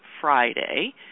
Friday